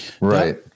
Right